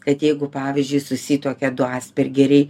kad jeigu pavyzdžiui susituokia du aspergeriai